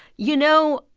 you know,